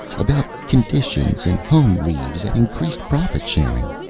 about conditions, and home-leaves, and increased profit-sharing.